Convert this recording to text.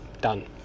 done